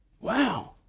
Wow